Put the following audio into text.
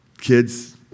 kids